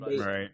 right